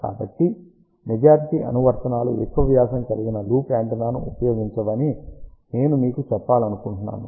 కాబట్టి మెజారిటీ అనువర్తనాలు ఎక్కువ వ్యాసం కలిగిన లూప్ యాంటెన్నాను ఉపయోగించవని నేను మీకు చెప్పాలనుకుంటున్నాను